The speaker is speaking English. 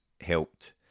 helped